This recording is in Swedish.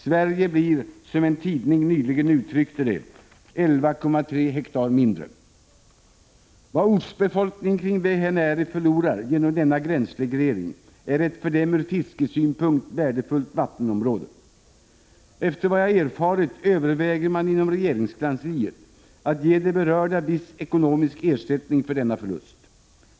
Sverige blir nu — som en tidning nyligen uttryckte det — 11,3 hektar mindre. Vad ortsbefolkningen kring Vähänärä förlorar genom denna gränsreglering är ett för den ur fiskesynpunkt värdefullt vattenområde. Efter vad jag erfarit överväger man inom regeringskansliet att ge de berörda viss ekonomisk ersättning för denna förlust.